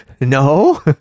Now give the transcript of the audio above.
No